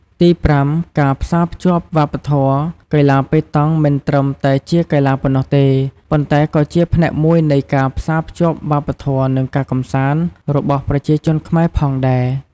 ទីប្រាំការផ្សារភ្ជាប់វប្បធម៌ កីឡាប៉េតង់មិនត្រឹមតែជាកីឡាប៉ុណ្ណោះទេ ប៉ុន្តែក៏ជាផ្នែកមួយនៃការផ្សារភ្ជាប់វប្បធម៌ និងការកម្សាន្តរបស់ប្រជាជនខ្មែរផងដែរ។